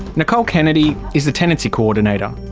nicole kennedy is the tenancy coordinator.